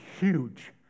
huge